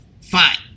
Fine